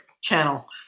channel